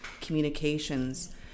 communications